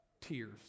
Tears